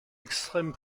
extrême